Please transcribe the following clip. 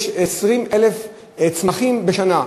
קרקע חקלאית יש 20,000 צמחים בשנה.